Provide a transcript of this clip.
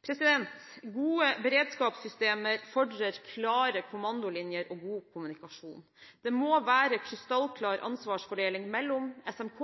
Gode beredskapssystemer fordrer klare kommandolinjer og god kommunikasjon. Det må være krystallklar ansvarsfordeling mellom SMK,